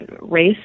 race